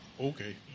Okay